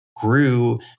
grew